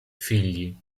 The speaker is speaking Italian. figli